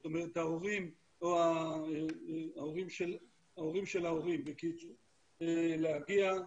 זאת אומרת ההורים של ההורים להגיע.